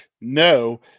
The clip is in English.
No